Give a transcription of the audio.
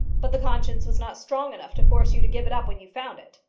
but the conscience was not strong enough to force you to give it up when you found it?